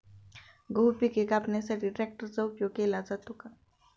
गहू पिके कापण्यासाठी ट्रॅक्टरचा उपयोग केला जातो का?